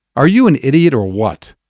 are you an idiot or what?